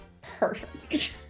Perfect